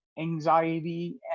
anxiety